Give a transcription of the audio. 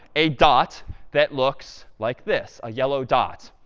a dot that looks like this, a yellow dot.